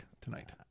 tonight